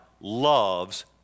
loves